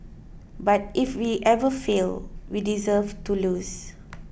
but if we ever fail we deserve to lose